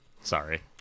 Sorry